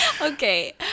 Okay